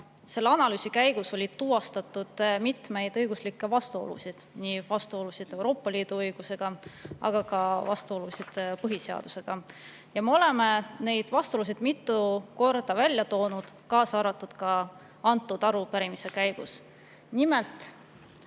selle analüüsi käigus tuvastati mitmeid õiguslikke vastuolusid, nii vastuolusid Euroopa Liidu õigusega kui ka vastuolusid põhiseadusega. Ja me oleme neid vastuolusid mitu korda välja toonud ja [toome ka] selle arupärimise käigus. Nimelt,